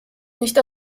nicht